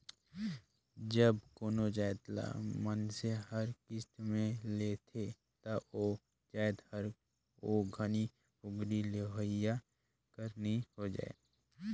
जब कोनो जाएत ल मइनसे हर किस्त में लेथे ता ओ जाएत हर ओ घनी पोगरी लेहोइया कर नी होए जाए